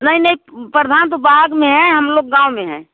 नहीं नहीं प्रधान तो बाग में है हम लोग गाँव में हैं